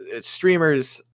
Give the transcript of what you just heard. streamers